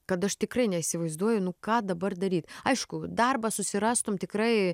kad aš tikrai neįsivaizduoju nu ką dabar daryt aiškų darbą susirastum tikrai